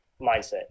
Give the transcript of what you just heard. mindset